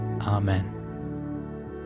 Amen